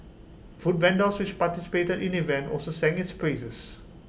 food vendors which participated in the event also sang its praises